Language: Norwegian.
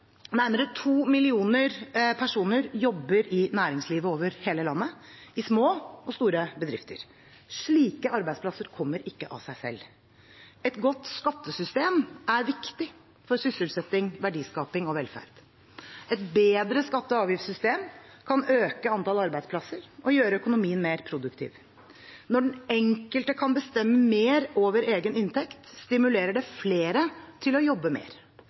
Nærmere to millioner personer jobber i næringslivet over hele landet – i små og store bedrifter. Slike arbeidsplasser kommer ikke av seg selv. Et godt skattesystem er viktig for sysselsetting, verdiskaping og velferd. Et bedre skatte- og avgiftssystem kan øke antall arbeidsplasser og gjøre økonomien mer produktiv. Når den enkelte kan bestemme mer over egen inntekt, stimulerer det flere til å jobbe mer.